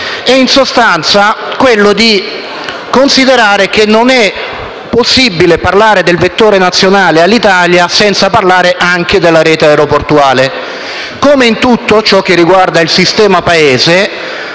In sostanza, occorre considerare che non è possibile parlare del vettore nazionale Alitalia senza parlare anche della rete aeroportuale. Come in tutto ciò che riguarda il sistema Paese,